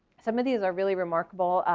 some of these are really remarkable,